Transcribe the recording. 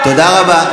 תודה רבה,